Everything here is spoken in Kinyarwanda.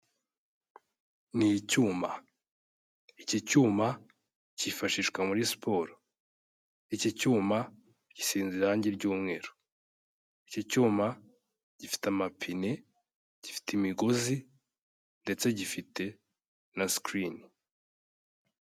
Ni icyuma, iki cyuma cyifashishwa muri siporo, iki cyuma gisize irangi ry'umweru, iki cyuma gifite amapine gifite imigozi ndetse gifite na sikirini.